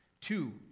Two